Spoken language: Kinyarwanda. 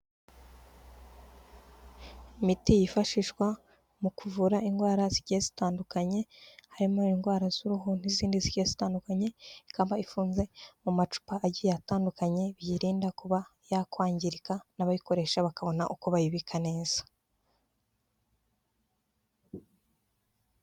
Imiti yifashishwa mu kuvura indwara zigiye zitandukanye, harimo indwara z'uruhu n'izindi zigiye zitandukanye, ikaba ifunze mu macupa agiye atandukanye, biyirinda kuba yakwangirika n'abayikoresha bakabona uko bayibika neza.